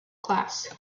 class